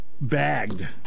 bagged